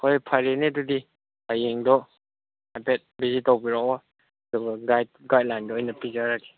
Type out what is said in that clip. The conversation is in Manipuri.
ꯍꯣꯏ ꯐꯔꯦꯅꯦ ꯑꯗꯨꯗꯤ ꯍꯌꯦꯡꯗꯣ ꯍꯥꯏꯐꯦꯠ ꯕꯤꯖꯤꯠ ꯇꯧꯕꯤꯔꯛꯑꯣ ꯑꯗꯨꯒ ꯒꯥꯏꯗꯂꯥꯏꯟꯗꯣ ꯑꯩꯅ ꯄꯤꯖꯔꯒꯦ